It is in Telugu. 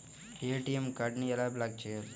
ఏ.టీ.ఎం కార్డుని ఎలా బ్లాక్ చేయాలి?